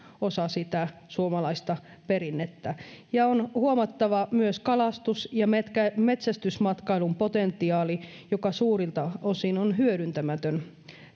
osa sitä suomalaista perinnettä ja on huomattava myös kalastus ja metsästysmatkailun potentiaali joka suurilta osilta on hyödyntämätön